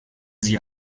sie